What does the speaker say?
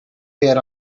there